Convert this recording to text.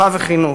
רווחה וחינוך.